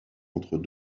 entre